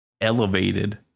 elevated